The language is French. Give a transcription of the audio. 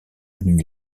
nuit